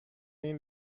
این